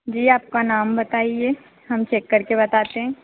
जी आपका नाम बताइए हम चेक करके बताते हैं